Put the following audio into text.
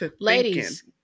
ladies